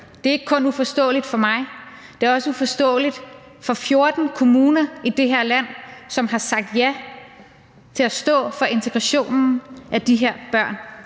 Det er ikke kun uforståeligt for mig, det er også uforståeligt for 14 kommuner i det her land, som har sagt ja til at stå for integrationen af de her børn.